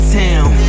town